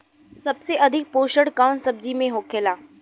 सबसे अधिक पोषण कवन सब्जी में होखेला?